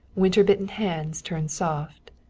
winter-bitten hands turned soft.